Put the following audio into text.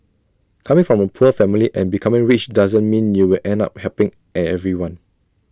coming from A poor family and becoming rich doesn't mean you will end up helping at everyone